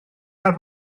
awr